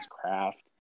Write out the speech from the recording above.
craft